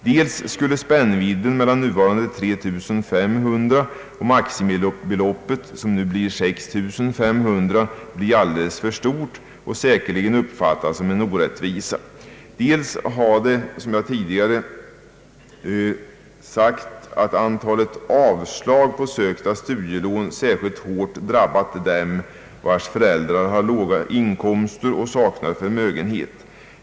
Dels skulle spännvidden mellan det nuvarande beloppet 3 500 och maximibeloppet, som nu blir 6 500 kronor, bli alldeles för stor och säkerligen uppfattas som en orättvisa; dels har, som jag tidigare sagt, antalet avslag på sökta studielån särskilt hårt drabbat dem vilkas föräldrar har låga inkomster och sem saknar förmögenhet.